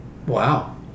wow